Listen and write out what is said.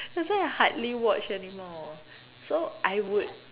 that's why I hardly watch anymore so I would